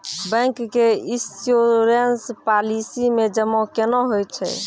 Bank के insurance policy मे जमा केना होय छै?